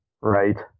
Right